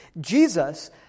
Jesus